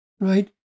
right